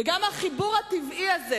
וגם החיבור הטבעי הזה,